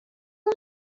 اون